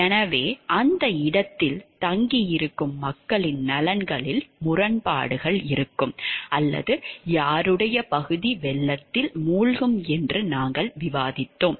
எனவே அந்த இடத்தில் தங்கியிருக்கும் மக்களின் நலன்களில் முரண்பாடுகள் இருக்கும் அல்லது யாருடைய பகுதி வெள்ளத்தில் மூழ்கும் என்று நாங்கள் விவாதித்தோம்